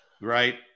Right